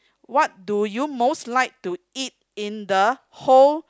what do you most like to eat in the whole